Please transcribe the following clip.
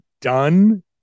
done